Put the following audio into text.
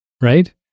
right